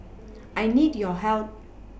I need your help